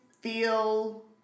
feel